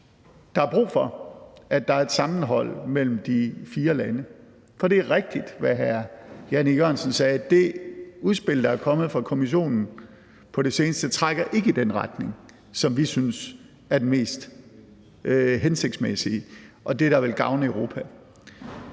der er brug for, at der er et sammenhold mellem de fire lande. For det er rigtigt, hvad hr. Jan E. Jørgensen sagde, at det udspil, der er kommet fra Kommissionen på det seneste, ikke trækker i den retning, som vi synes er den mest hensigtsmæssige og det, der vil gavne Europa.